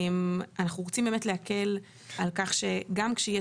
אנחנו רוצים באמת להקל על כך שגם כשיהיה